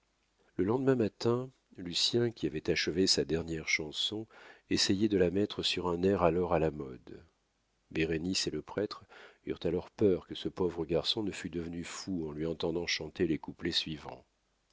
le lendemain matin lucien qui avait achevé sa dernière chanson essayait de la mettre sur un air alors à la mode bérénice et le prêtre eurent alors peur que ce pauvre garçon ne fût devenu fou en lui entendant chanter les couplets suivants